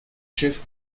chefs